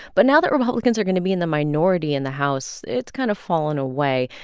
but now that republicans are going to be in the minority in the house, it's kind of fallen away.